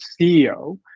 ceo